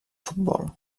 futbol